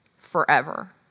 forever